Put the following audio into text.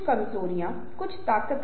काम कैसे पूरा करें